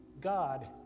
God